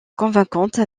convaincante